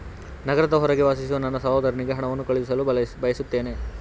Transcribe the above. ನಗರದ ಹೊರಗೆ ವಾಸಿಸುವ ನನ್ನ ಸಹೋದರನಿಗೆ ಹಣವನ್ನು ಕಳುಹಿಸಲು ಬಯಸುತ್ತೇನೆ